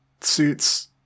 suits